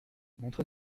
montra